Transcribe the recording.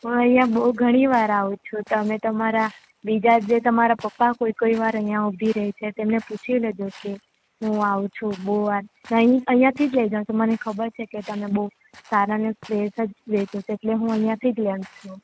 હું અહીં બહુ ઘણીવાર આવું છું તમે તમારા બીજા જે તમારા પપ્પા પણ કોઈ કોઈ વાર અહીં ઊભા રહે છે તો તેમને પૂછી લેજો કે હું આવું છું બોઉ વાર હું અહિયાંથી જ લઈ જાઉ છું મને ખબર છે કે તમે બહુ જ સારા અને ફ્રેશ જ વેચો છો એટલે હું અહીંથી જ લઉં છું